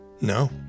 No